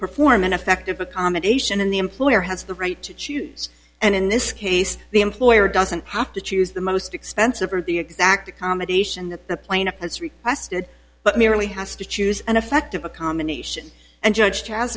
perform an effective accommodation in the employer has the right to choose and in this case the employer doesn't have to choose the most expensive or the exact accommodation that the plaintiff has requested but merely has to choose an effect of a combination and judge has